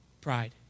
pride